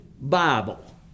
Bible